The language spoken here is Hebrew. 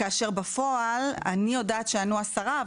כאשר בפועל אני יודעת שענו עשרה,